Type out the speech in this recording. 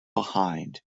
behind